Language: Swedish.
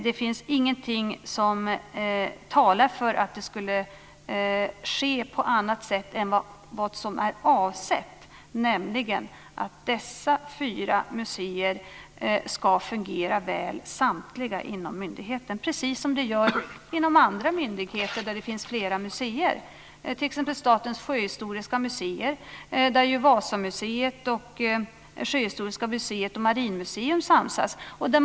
Det finns ingenting som talar för att det skulle ske på annat sätt än vad som är avsett. Dessa fyra museer ska nämligen samtliga fungera väl inom myndigheten, precis som inom andra myndigheter där det finns flera museer. Det gäller t.ex. Statens sjöhistoriska museer, där Vasamuseet, Sjöhistoriska museet och Marinmuseum samsas.